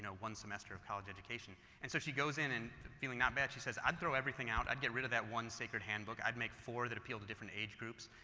ah one semester of college education. and so she goes in and feeling not bad, she says, i'd throw everything out. i'd get rid of that one sacred handbook, i'd make four that appeal to different age groups.